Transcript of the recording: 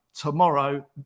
tomorrow